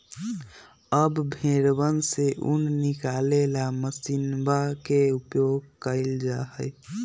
अब भेंड़वन से ऊन निकाले ला मशीनवा के उपयोग कइल जाहई